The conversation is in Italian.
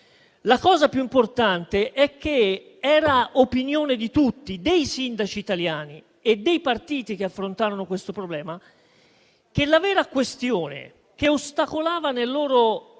questo problema, è che era opinione di tutti, dei sindaci italiani e dei partiti che affrontarono questo problema, che la vera questione che ostacolava nel loro